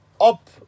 up